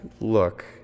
Look